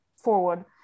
forward